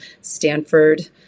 Stanford